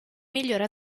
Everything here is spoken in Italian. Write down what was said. migliore